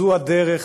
זו הדרך